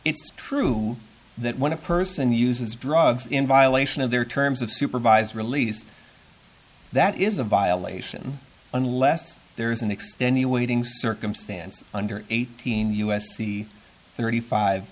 it's true that when a person uses drugs in violation of their terms of supervised release that is a violation unless there is an extenuating circumstance under eighteen u s c thirty five